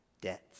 debts